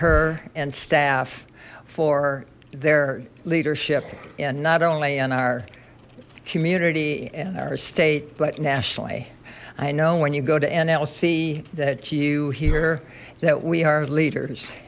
her and staff for their leadership and not only in our community and our state but nationally i know when you go to nlc that you hear that we are leaders